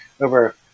over